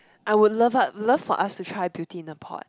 I would love love for us to try beauty in the pot